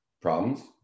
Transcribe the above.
problems